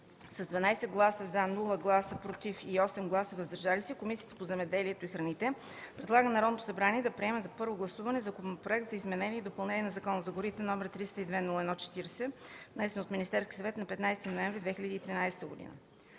с 12 гласа “за”, без “против” и 8 гласа “въздържали се”, Комисията по земеделието и храните предлага на Народното събрание да приеме на първо гласуване Законопроект за изменение и допълнение на Закона за горите, № 302-01-40, внесен от Министерския съвет на 15 ноември 2013 г.;